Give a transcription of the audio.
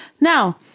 Now